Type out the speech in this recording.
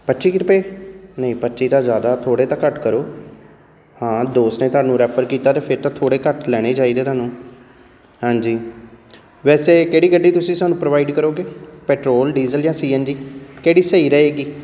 ਪੱਚੀ ਕੁ ਰੁਪਏ ਨਹੀਂ ਪੱਚੀ ਤਾਂ ਜ਼ਿਆਦਾ ਥੋੜ੍ਹੇ ਤਾਂ ਘੱਟ ਕਰੋ ਹਾਂ ਦੋਸਤ ਨੇ ਤੁਹਾਨੂੰ ਰੈਫਰ ਕੀਤਾ ਅਤੇ ਫਿਰ ਤਾਂ ਥੋੜ੍ਹੇ ਘੱਟ ਲੈਣੇ ਚਾਹੀਦੇ ਤੁਹਾਨੂੰ ਹਾਂਜੀ ਵੈਸੇ ਕਿਹੜੀ ਗੱਡੀ ਤੁਸੀਂ ਸਾਨੂੰ ਪ੍ਰੋਵਾਈਡ ਕਰੋਗੇ ਪੈਟਰੋਲ ਡੀਜ਼ਲ ਜਾਂ ਸੀ ਐੱਨ ਜੀ ਕਿਹੜੀ ਸਹੀ ਰਹੇਗੀ